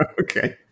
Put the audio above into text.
Okay